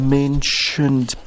mentioned